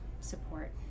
support